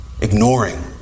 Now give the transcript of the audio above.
ignoring